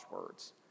words